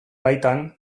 baitan